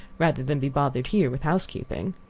rather than be bothered here with housekeeping.